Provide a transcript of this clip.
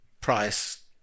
price